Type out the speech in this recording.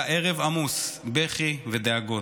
היה ערב עמוס בכי ודאגות.